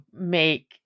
make